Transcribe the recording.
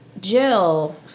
Jill